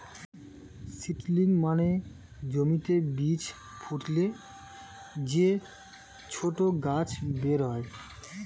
seedling মানে জমিতে বীজ ফুটলে যে ছোট গাছ বেরোয়